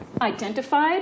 Identified